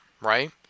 right